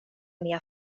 mia